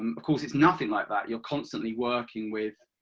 um of course it's nothing like that, you are constantly working with